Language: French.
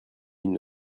mille